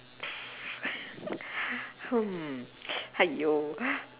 hmm !haiyo!